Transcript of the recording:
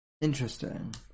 interesting